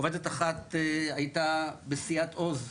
עובדת אחת הייתה בסיעת עוז בהסתדרות,